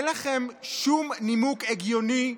אין לכם שום נימוק הגיוני,